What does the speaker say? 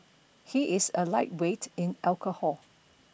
he is a lightweight in alcohol